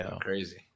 crazy